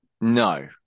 No